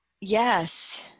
Yes